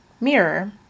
mirror